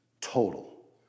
total